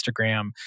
Instagram